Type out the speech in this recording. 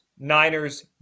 niners